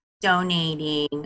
donating